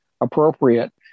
appropriate